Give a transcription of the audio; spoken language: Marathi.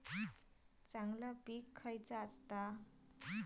चांगली पीक खयला हा?